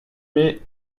mai